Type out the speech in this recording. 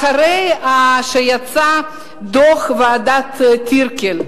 אחרי שיצא דוח ועדת-טירקל,